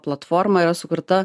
platforma yra sukurta